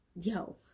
yo